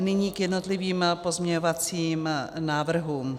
Nyní k jednotlivým pozměňovacím návrhům.